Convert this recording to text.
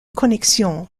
connexion